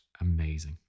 amazing